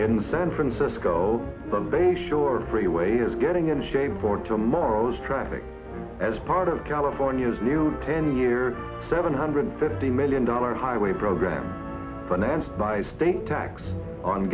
the san francisco bay shore freeway is getting in shape for tomorrow's traffic as part of california's new ten year seven hundred fifty million dollars highway program financed by state tax on